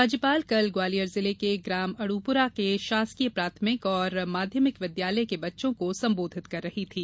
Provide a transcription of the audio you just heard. राज्यपाल कल ग्वालियर जिले के ग्राम अड्पुरा के शासकीय प्राथमिक एवं माध्यमिक विद्यालय के बच्चों को संबोधित कर रही थीं